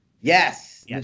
Yes